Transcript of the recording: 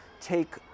take